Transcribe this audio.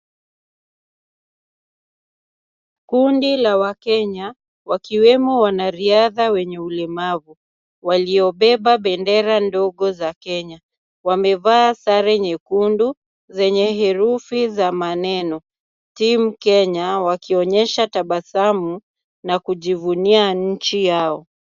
Kundi la wakenya wakiwemo wanariadha wenye ulemavu waliobeba bendera ndogo za Kenya wamevaa sare nyekundu zenye herufi za maneno team Kenya wakionyesha tabasamu na kujivunia nchi yao.